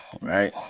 right